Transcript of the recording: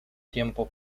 tiempo